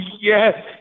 Yes